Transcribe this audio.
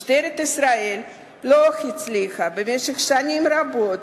משטרת ישראל לא הצליחה במשך שנים רבות,